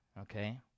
okay